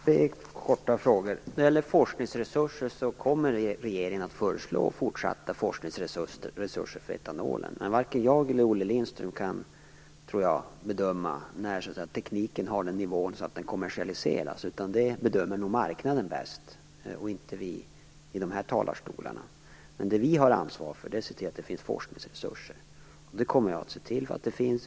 Fru talman! Det var några korta frågor. Regeringen kommer att föreslå fortsatta forskningsresurser för etanolen. Men jag tror inte att varken jag eller Olle Lindström kan bedöma när tekniken har en sådan nivå att den kan kommersialiseras. Det bedömer nog marknaden bäst, och inte vi i de här talarstolarna. Vi har ansvar för att se till att det finns forskningsresurser. Jag kommer att se till att det finns.